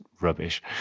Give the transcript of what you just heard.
rubbish